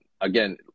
again